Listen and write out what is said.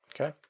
Okay